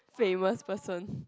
famous person